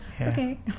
Okay